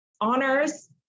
honors